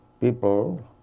People